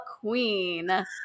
queen